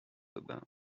aubin